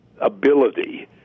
ability